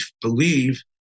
believe